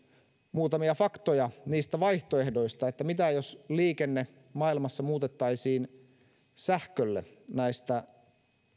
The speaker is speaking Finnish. muutamia faktoja niistä vaihtoehdoista että mitä jos liikenne maailmassa muutettaisiin sähkölle näistä